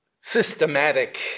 systematic